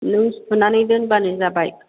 नों सुनानै दोनबानो जाबाय